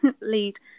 lead